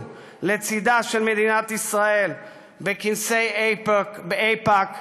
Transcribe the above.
לצידה של מדינת ישראל בכנסי איפא"ק,